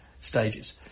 stages